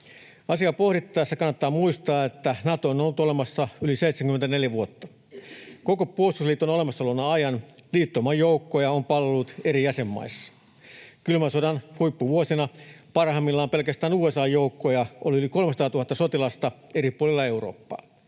Asiaa pohdittaessa kannattaa muistaa, että Nato on ollut olemassa yli 74 vuotta. Koko puolustusliiton olemassaolon ajan liittouman joukkoja on palvellut eri jäsenmaissa. Kylmän sodan huippuvuosina parhaimmillaan pelkästään USA:n joukkoja oli yli 300 000 sotilasta eri puolilla Eurooppaa,